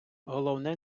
головне